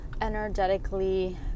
energetically